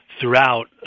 throughout